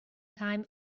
time